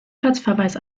platzverweis